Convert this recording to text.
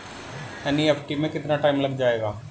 NEFT में कितना time लग जाएगा?